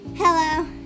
Hello